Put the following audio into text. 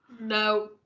No